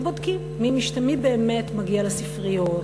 הם בודקים מי באמת מגיע לספריות,